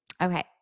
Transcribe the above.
Okay